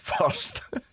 First